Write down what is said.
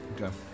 Okay